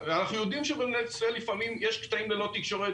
אנחנו יודעים שבמדינת ישראל יש לפעמים קטעים ללא תקשורת.